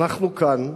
אנחנו כאן,